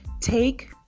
take